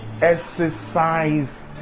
exercise